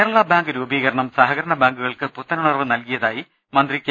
Kerala bank രൂപീകരണം സഹകരണ ബാങ്കുകൾക്ക് പുത്തൻ ഉണർവ് നൽകിയതായി മന്ത്രി കെ